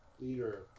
leader